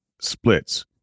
splits